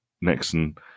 nixon